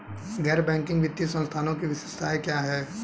गैर बैंकिंग वित्तीय संस्थानों की विशेषताएं क्या हैं?